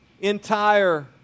entire